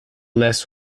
less